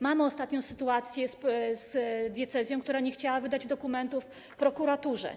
Mamy ostatnio sytuację z diecezją, która nie chciała wydać dokumentów prokuraturze.